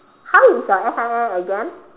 how is your F_I_L exam